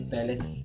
Palace